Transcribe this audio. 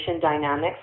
dynamics